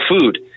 food